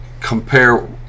compare